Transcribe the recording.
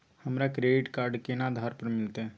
हमरा credit card केना आधार पर मिलते?